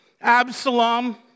Absalom